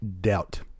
Doubt